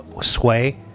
sway